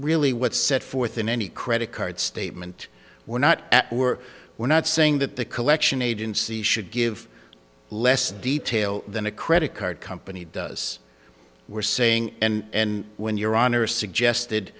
really what set forth in any credit card statement we're not we're we're not saying that the collection agency should give less detail than a credit card company does we're saying and when your honor suggested